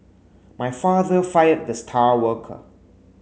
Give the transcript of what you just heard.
my father fired the star worker